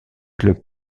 clubs